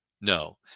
no